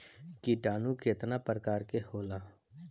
किटानु केतना प्रकार के होला?